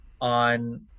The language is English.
on